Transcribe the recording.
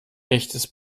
echtes